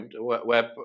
web